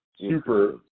super